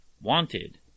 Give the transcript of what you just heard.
Wanted